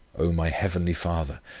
o my heavenly father,